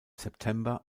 september